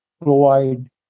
provide